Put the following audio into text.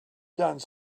done